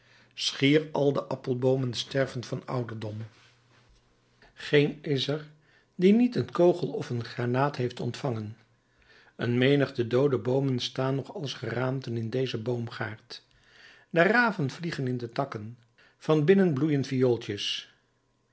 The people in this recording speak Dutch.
schier al de appelboomen sterven van ouderdom geen is er die niet een kogel of een grenaat heeft ontvangen een menigte doode boomen staan nog als geraamten in dezen boomgaard de raven vliegen in de takken van binnen bloeien viooltjes